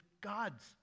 God's